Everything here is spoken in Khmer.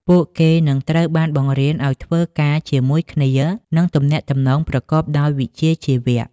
ពួកគេនឹងត្រូវបានបង្រៀនឱ្យធ្វើការជាមួយគ្នានិងទំនាក់ទំនងប្រកបដោយវិជ្ជាជីវៈ។